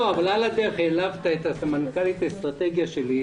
אבל על הדרך העלבת את סמנכ"לית אסטרטגיה שלי,